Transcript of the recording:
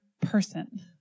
person